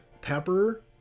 pepper